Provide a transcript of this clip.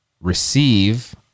receive